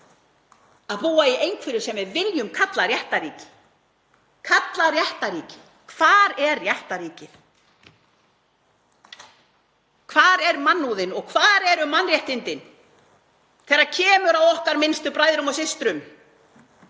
að búa í einhverju sem við viljum kalla réttarríki. Hvar er réttarríkið? Hvar er mannúðin og hvar eru mannréttindin þegar kemur að okkar minnstu bræðrum og systrum?